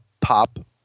pop